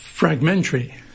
Fragmentary